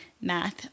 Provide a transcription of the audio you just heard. math